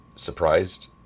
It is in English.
Surprised